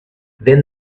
then